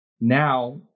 now